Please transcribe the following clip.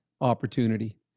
opportunity